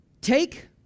take